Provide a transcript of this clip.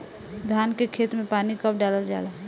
धान के खेत मे पानी कब डालल जा ला?